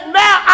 now